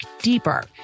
deeper